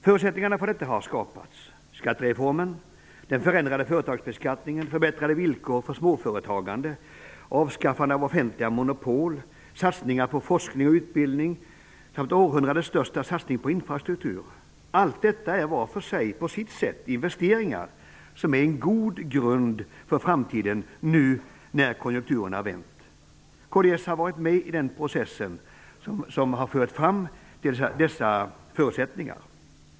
Förutsättningarna för detta har skapats: skattereformen, den förändrade företagsbeskattningen, förbättrade villkor för småföretagande, avskaffande av offentliga monopol, satsningar på forskning och utbildning samt århundradets största satsning på infrastruktur. Alla dessa insatser är var och en på sitt sätt investeringar som utgör en god grund för framtiden nu när konjunkturen har vänt. Kds har varit med i den process som har lett fram till förverkligandet av dessa förutsättningar.